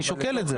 אני שוקל את זה.